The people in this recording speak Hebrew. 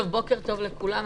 בוקר טוב לכולם.